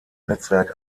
netzwerk